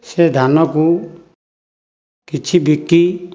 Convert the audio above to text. ସେ ଧାନକୁ କିଛି ବିକି